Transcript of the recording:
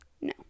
no